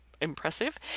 impressive